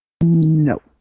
No